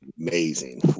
amazing